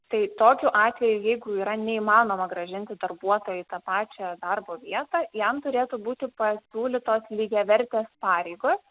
tai tokiu atveju jeigu yra neįmanoma grąžinti darbuotoją į tą pačią darbo vietą jam turėtų būti pasiūlytos lygiavertės pareigos